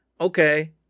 Okay